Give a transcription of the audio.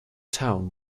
town